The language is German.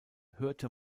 hörte